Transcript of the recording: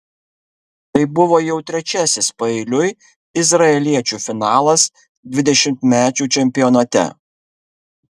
tai buvo jau trečiasis paeiliui izraeliečių finalas dvidešimtmečių čempionate